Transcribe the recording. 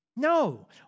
No